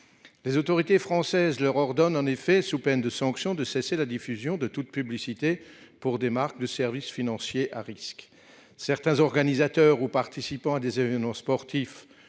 Les autorités françaises leur ordonnent en effet, sous peine de sanctions, de cesser la diffusion de toute publicité pour des marques de services financiers à risques. Certains organisateurs ou participants, lors d'événements sportifs